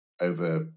over